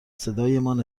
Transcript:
صدایمان